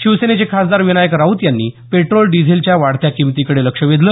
शिवसेनेचे खासदार विनायक राऊत यांनी पेट्रोल डीझेलच्या वाढत्या किमतीकडे लक्ष वेधलं